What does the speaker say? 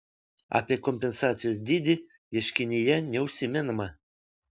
apie kompensacijos dydį ieškinyje neužsimenama